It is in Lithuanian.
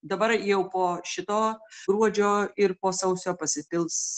dabar jau po šito gruodžio ir po sausio pasipils